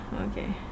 Okay